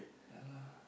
ya lah